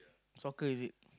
soccer is it